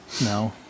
No